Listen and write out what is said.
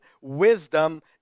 wisdom